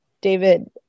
david